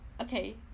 okay